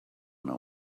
know